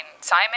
Simon